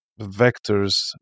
vectors